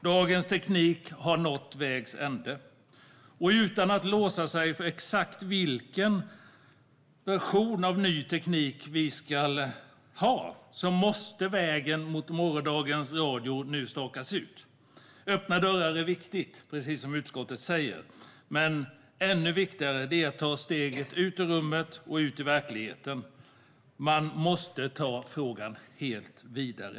Dagens teknik har nått vägs ände. Utan att vi låser oss vid exakt vilken version av ny teknik vi ska ha måste vägen mot morgondagens radio nu stakas ut. Öppna dörrar är viktiga, precis som utskottet säger. Men ännu viktigare är att ta steget ut ur rummet och ut i verkligheten. Man måste ta frågan vidare.